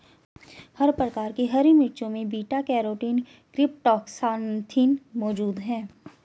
हर प्रकार की हरी मिर्चों में बीटा कैरोटीन क्रीप्टोक्सान्थिन मौजूद हैं